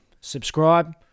subscribe